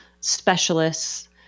specialists